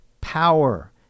power